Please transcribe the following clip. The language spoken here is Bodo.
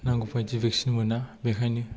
नांगौ बायदि भेक्सिन मोना बेखायनो